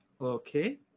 Okay